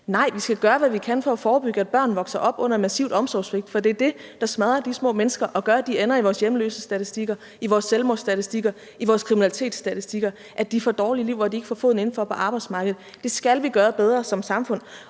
Nej, vi skal gøre, hvad vi kan for at forebygge, at børn vokser op under massivt omsorgssvigt, for det er det, der smadrer de små mennesker og gør, at de ender i vores hjemløsestatistikker, i vores selvmordsstatistikker, i vores kriminalitetsstatistikker, at de får dårlige liv, hvor de ikke får foden indenfor på arbejdsmarkedet. Det skal vi som samfund